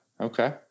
Okay